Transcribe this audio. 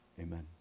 Amen